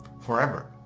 forever